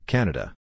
Canada